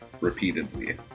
repeatedly